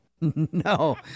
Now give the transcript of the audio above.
No